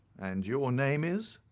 and your name is?